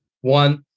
one